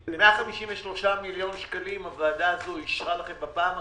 153 מיליון שקלים הוועדה הזו אישרה לכם בפעם הקודמת.